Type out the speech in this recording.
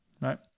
right